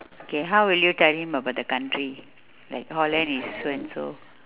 okay how will you tell him about the country like holland is so and so